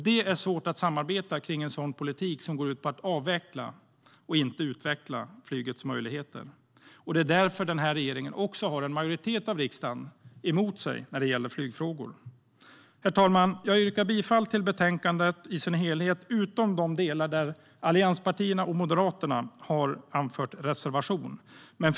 Det är svårt att samarbeta kring en politik som går ut på att avveckla och inte utveckla flygets möjligheter, och det är därför den här regeringen också har en majoritet av riksdagen emot sig när det gäller flygfrågor. Herr talman! Jag yrkar bifall till utskottets förslag i betänkandet utom i de delar där allianspartierna och Moderaterna har reserverat sig.